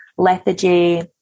lethargy